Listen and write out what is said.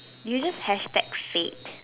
you just expect said